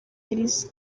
elisa